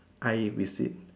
I visit